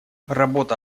работа